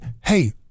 hey